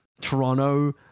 Toronto